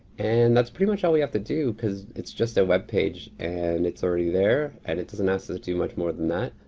and that's pretty much all we have to do cause it's just a webpage and it's already there. and it doesn't ask us to do much more than that.